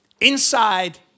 inside